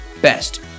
best